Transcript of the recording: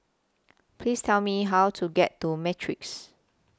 Please Tell Me How to get to Matrix